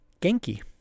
Genki